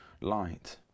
light